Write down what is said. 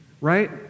Right